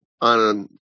on